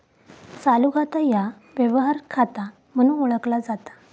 चालू खाता ह्या व्यवहार खाता म्हणून ओळखला जाता